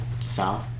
South